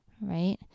right